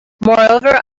moreover